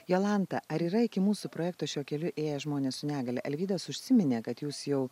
jolanta ar yra iki mūsų projekto šiuo keliu ėję žmonės su negalia alvydas užsiminė kad jūs jau